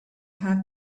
have